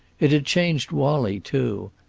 it had changed wallie, too.